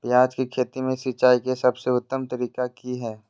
प्याज के खेती में सिंचाई के सबसे उत्तम तरीका की है?